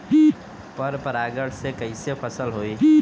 पर परागण से कईसे फसल होई?